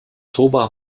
toba